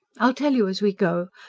i'll tell you as we go.